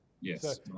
Yes